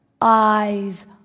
eyes